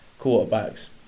quarterbacks